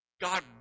God